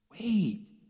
wait